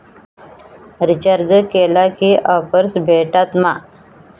Recharge केला की offers भेटात मा?